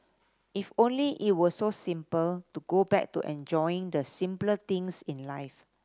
if only it were so simple to go back to enjoying the simpler things in life